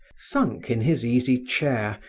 sunk in his easy chair,